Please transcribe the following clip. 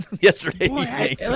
yesterday